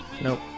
Nope